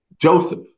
Joseph